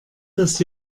dass